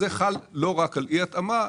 זה חל לא רק על אי התאמה,